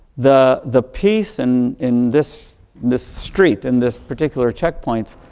the the peace and in this this street, in this particular checkpoint,